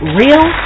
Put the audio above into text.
real